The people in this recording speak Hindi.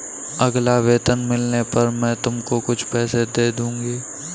अगला वेतन मिलने पर मैं तुमको कुछ पैसे दे दूँगी